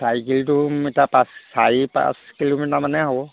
চাইকেলটো এতিয়া পাঁচ চাৰি পাঁচ কিলোমিটাৰ মানে হ'ব